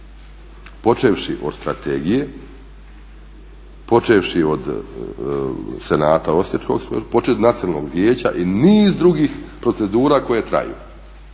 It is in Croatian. počevši od strategije, počevši od Senata osječkog, nacionalnog vijeća i niz drugih procedura koje traju.